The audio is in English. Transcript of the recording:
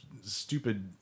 stupid